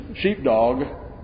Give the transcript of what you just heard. Sheepdog